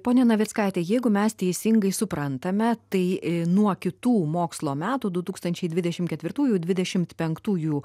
pone navickaite jeigu mes teisingai suprantame tai nuo kitų mokslo metų du tūkstančiai dvidešim ketvirtųjų dvidešimt penktųjų